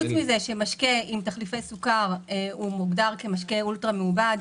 פרט לכך שמשקה עם תחליפי סוכר מוגדר כמשקה אולטרה-מעובד,